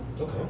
Okay